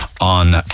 on